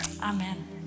Amen